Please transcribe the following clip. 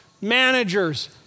managers